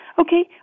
Okay